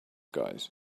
guys